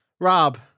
Rob